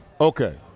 Okay